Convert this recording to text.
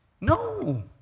No